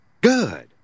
Good